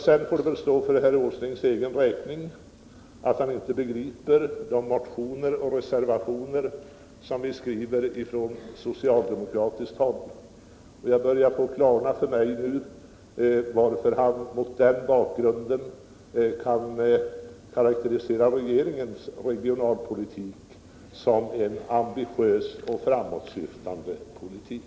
Det får väl stå för herr Åslings egen räkning att han inte begriper de motioner och reservationer som vi skriver från socialdemokratiskt håll. Det börjar klarna för mig nu varför han mot den bakgrunden karakteriserar regeringens regionalpolitik som en ambitiös och framåtsyftande politik.